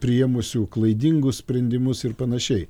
priėmusių klaidingus sprendimus ir panašiai